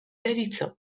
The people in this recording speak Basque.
deritzo